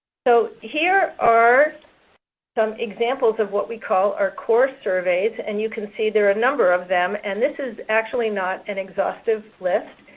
so, here are some examples of what we call our core surveys. and you can see there are a number of them. and this is actually not an exhaustive list.